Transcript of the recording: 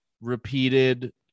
repeated